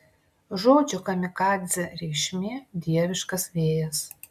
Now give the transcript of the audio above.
žodžio kamikadzė reikšmė dieviškas vėjas